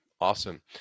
awesome